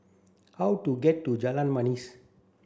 how do get to Jalan Manis